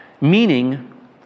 meaning